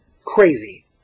crazy